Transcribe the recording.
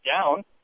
down